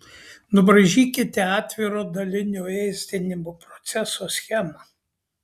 nubraižykite atviro dalinio ėsdinimo proceso schemą